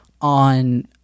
on